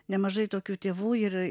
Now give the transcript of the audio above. nemažai tokių tėvų ir